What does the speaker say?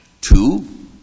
Two